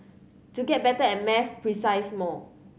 to get better at maths more